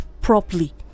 properly